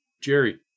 Jerry